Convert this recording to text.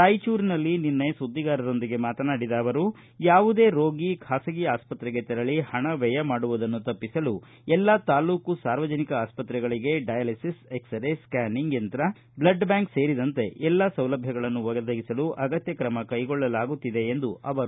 ರಾಯಚೂರಿನಲ್ಲಿ ನಿನ್ನೆ ಸುದ್ದಿಗಾರರೊಂದಗೆ ಮಾತನಾಡಿದ ಅವರು ಯಾವುದೇ ರೋಗಿ ಬಾಸಗಿ ಆಸ್ಪತ್ರೆಗೆ ತೆರಳಿ ಹಣ ವ್ಯಯ ಮಾಡುವದನ್ನು ತಪ್ಪಿಸಲು ಎಲ್ಲಾ ತಾಲ್ಲೂಕು ಸಾರ್ವಜನಿಕ ಅಸ್ಪತ್ತೆಗಳಿಗೆ ಡಯಾಲೀಸಸ್ ಎಕ್ಸರೇ ಸ್ವ್ಯಾನಿಂಗ್ ಯಂತ್ ಬ್ಲಡ್ ಬ್ಕಾಂಕ್ ಸೇರಿದಂತೆ ಎಲ್ಲಾ ಸೌಲಭ್ಯಗಳನ್ನು ಒದಗಿಸಲು ಅಗತ್ಯ ಕ್ರಮ ಕೈಗೊಳ್ಳಲಾಗುತ್ತಿದೆ ಎಂದರು